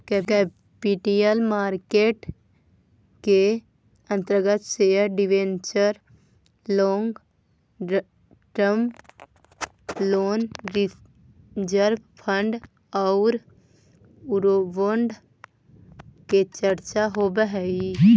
capital market के अंतर्गत share debenture long term loan reserve fund औउर यूरोबोंड के चर्चा होवऽ हई